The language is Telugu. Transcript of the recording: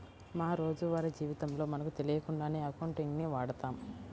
మా రోజువారీ జీవితంలో మనకు తెలియకుండానే అకౌంటింగ్ ని వాడతాం